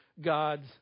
God's